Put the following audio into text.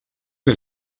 que